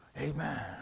Amen